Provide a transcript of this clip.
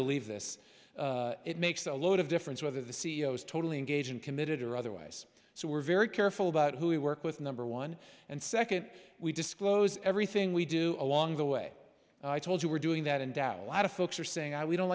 believe this it makes a lot of difference whether the c e o is totally engaged in committed or otherwise so we're very careful about who we work with number one and second we disclose everything we do along the way i told you we're doing that in doubt a lot of folks are saying i we don't